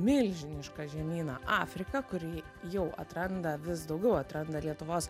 milžinišką žemyną afriką kurį jau atranda vis daugiau atranda lietuvos